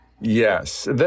Yes